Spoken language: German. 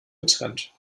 getrennt